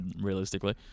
Realistically